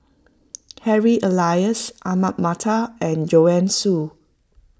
Harry Elias Ahmad Mattar and Joanne Soo